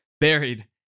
buried